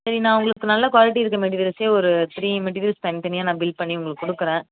சரி நான் உங்களுக்கு நல்ல குவாலிட்டி இருக்கற மெட்டிரியல்ஸ்ஸே ஒரு த்ரீ மெட்டிரியல்ஸ் தனித்தனியாக நான் பில் பண்ணி உங்களுக்கு கொடுக்குறேன்